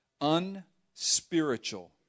unspiritual